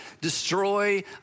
destroy